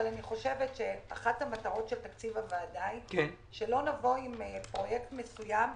אני חושבת שאחת המטרות של תקציב הוועדה היא שלא נבוא עם פרויקט מסוים,